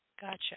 Gotcha